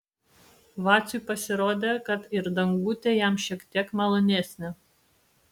vaciui pasirodė kad ir dangutė jam šiek tiek malonesnė